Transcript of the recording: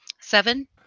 Seven